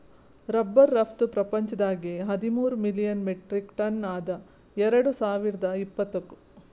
rubber ರಫ್ತು ಪ್ರಪಂಚದಾಗೆ ಹದಿಮೂರ್ ಮಿಲಿಯನ್ ಮೆಟ್ರಿಕ್ ಟನ್ ಅದ ಎರಡು ಸಾವಿರ್ದ ಇಪ್ಪತ್ತುಕ್